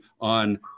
on